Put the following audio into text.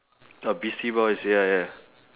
oh beastie boys ya ya